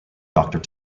doctor